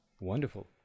Wonderful